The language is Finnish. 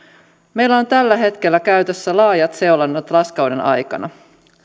meillä on tällä hetkellä käytössä laajat seulonnat raskauden aikana